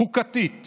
חוקתית,